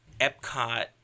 epcot